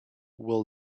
will